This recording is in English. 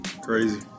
Crazy